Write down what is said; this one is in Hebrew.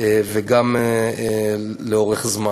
וגם לאורך זמן.